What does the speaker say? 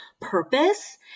purpose